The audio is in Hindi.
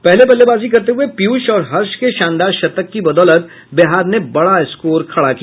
पहले बल्लेबाजी करते हुए पीयूष और हर्ष के शानदार शतक की बदौलत बिहार ने बड़ा स्कोर खड़ा किया